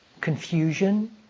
confusion